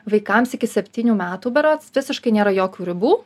vaikams iki septynių metų berods visiškai nėra jokių ribų